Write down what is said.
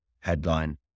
headline